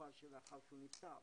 בתקופה לאחר שהוא נפטר.